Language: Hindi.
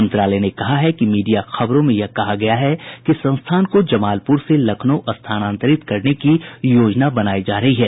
मंत्रालय ने कहा है कि मीडिया खबरों में कहा गया है कि संस्थान को जमालपुर से लखनऊ स्थानांतरित करने की योजना बनाई जा रही है